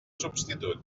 substitut